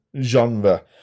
genre